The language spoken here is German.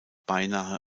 beinahe